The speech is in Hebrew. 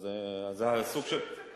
אבל זה סוג של, אז תשאיר את זה ככה.